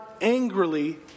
angrily